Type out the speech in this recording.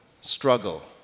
struggle